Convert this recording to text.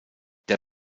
der